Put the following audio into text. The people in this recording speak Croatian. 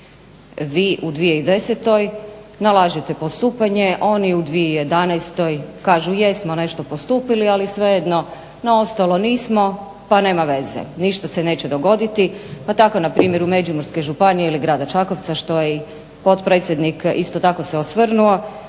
Vi u 2010. nalažete postupanje, oni u 2011. kažu jesmo nešto postupili ali svejedno na ostali nismo pa nema veze, ništa se neće dogoditi. Pa tako npr. U Međimurskoj županiji ili grada Čakovca što se isto tako i potpredsjednik osvrnuo